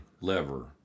lever